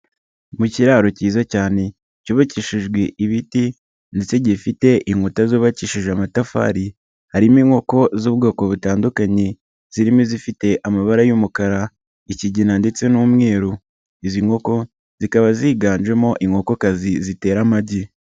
Mu kiraro cyiza cyane cyubakishijwe ibiti ndetse gifite inkuta zubakishije amatafari, harimo inkoko z'ubwoko butandukanye, zirimo izifite amabara y'umukara, ikigina ndetse n'umweru izi nkoko zikaba ziganjemo inkokokazi zitera amagi.